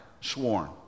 sworn